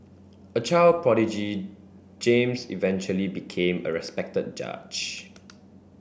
a child prodigy James eventually became a respected judge